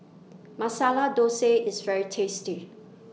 Masala Dosa IS very tasty